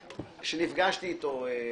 מוסקוביץ שנפגשתי איתו.